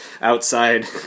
outside